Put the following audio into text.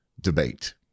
debate